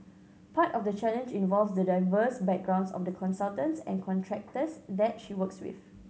part of the challenge involves the diverse backgrounds of the consultants and contractors that she works with